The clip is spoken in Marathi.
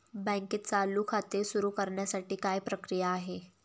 बँकेत चालू खाते सुरु करण्यासाठी काय प्रक्रिया आहे?